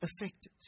affected